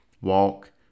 walk